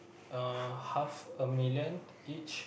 uh half a million each